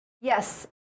yes